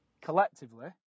collectively